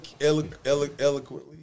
eloquently